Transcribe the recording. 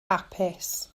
hapus